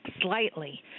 slightly